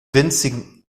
winzigen